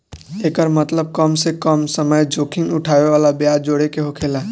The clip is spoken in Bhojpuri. एकर मतबल कम से कम समय जोखिम उठाए वाला ब्याज जोड़े के होकेला